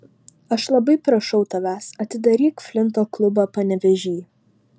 aš labai prašau tavęs atidaryk flinto klubą panevėžy